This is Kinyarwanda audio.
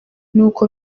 nkuko